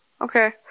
okay